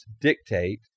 dictate